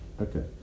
Okay